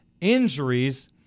injuries